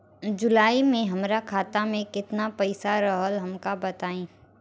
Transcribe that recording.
जुलाई में हमरा खाता में केतना पईसा रहल हमका बताई?